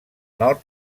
nord